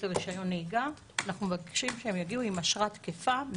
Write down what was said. לרשיון נהיגה מבקשים שהם יגיעו עם אשרה תקפה,